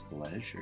pleasure